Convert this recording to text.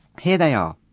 here they are.